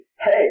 hey